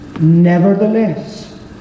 nevertheless